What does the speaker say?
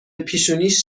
پیشونیش